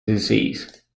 disease